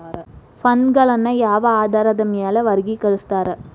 ಫಂಡ್ಗಳನ್ನ ಯಾವ ಆಧಾರದ ಮ್ಯಾಲೆ ವರ್ಗಿಕರಸ್ತಾರ